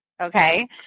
okay